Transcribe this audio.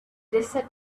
desert